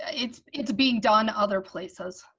it's it's being done other places.